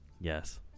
Yes